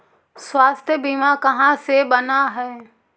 स्वास्थ्य बीमा कहा से बना है?